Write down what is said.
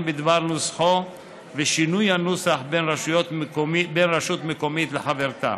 בדבר נוסחו ושינוי הנוסח בין רשות מקומית לחברתה.